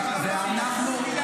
יש דבר דחוף מלהחזיר את החטופים?